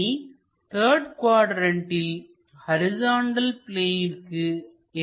இனி த்தர்டு குவாட்ரண்ட்டில் ஹரிசாண்டல் பிளேனிற்கு என்ன செய்ய வேண்டும்